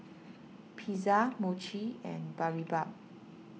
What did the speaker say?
Pizza Mochi and Boribap